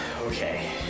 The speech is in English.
Okay